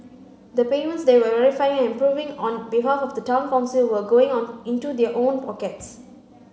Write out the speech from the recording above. the payments they were verifying and approving on behalf of the Town Council were going on into their own pockets